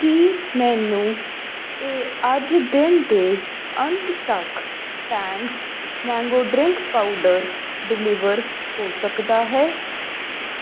ਕੀ ਮੈਨੂੰ ਇਹ ਅੱਜ ਦਿਨ ਦੇ ਅੰਤ ਤੱਕ Tang mango drink powder deliver ਹੋ ਸਕਦਾ ਹੈ